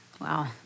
Wow